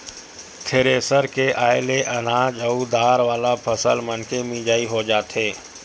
thresher के आये ले अनाज अउ दार वाला फसल मनके मिजई हो जाथे